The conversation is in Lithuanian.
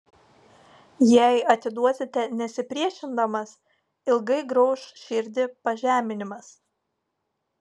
jei atiduosite nesipriešindamas ilgai grauš širdį pažeminimas